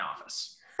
office